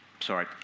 Sorry